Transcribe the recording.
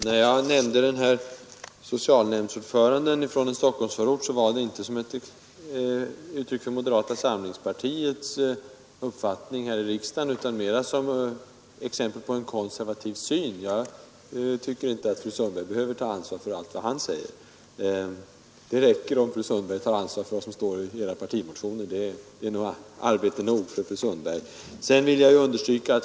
Herr talman! När jag nämnde den där socialnämndsordföranden i en Stockholmsförort var det inte som ett uttryck för moderata samlingspartiets uppfattning här i riksdagen utan mera som exempel på en konservativ syn. Jag tycker inte att fru Sundberg behöver ta ansvar för allt det som han sagt. Det räcker om fru Sundberg tar ansvar för vad som står i moderaternas partimotioner. Det är säkert arbetsamt nog för fru Sundberg.